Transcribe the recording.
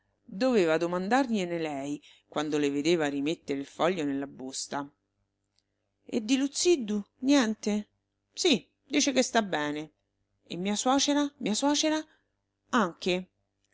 doveva domandargliene lei quando le vedeva rimettere il foglio nella busta e di luzziddu niente sì dice che sta bene e mia suocera mia suocera anche